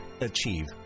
achieve